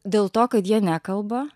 dėl to kad jie nekalba